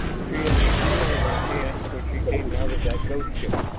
she had steel in her hand when she came out of that ghost ship.